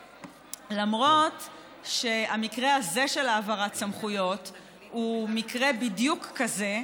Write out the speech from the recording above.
למרות שהמקרה הזה של העברת סמכויות הוא מקרה בדיוק כזה,